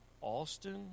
Austin